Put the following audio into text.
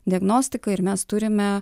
diagnostika ir mes turime